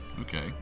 Okay